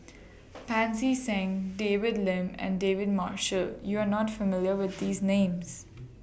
Pancy Seng David Lim and David Marshall YOU Are not familiar with These Names